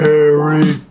Harry